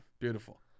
Beautiful